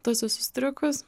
tuos visus triukus